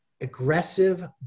aggressive